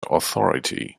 authority